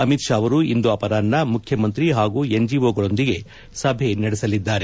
ಅಮಿತ್ ಶಾ ಅವರು ಇಂದು ಅಪರಾಷ್ನ ಮುಖ್ಚಮಂತ್ರಿ ಹಾಗೂ ಎನ್ಜೆಒಗಳೊಂದಿಗೆ ಸಭೆಗಳನ್ನು ನಡೆಸಲಿದ್ದಾರೆ